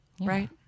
right